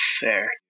fair